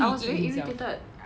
所以你讲